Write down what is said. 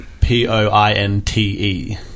P-O-I-N-T-E